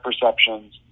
perceptions